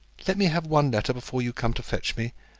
let me have one letter before you come to fetch me,